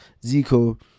zico